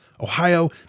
Ohio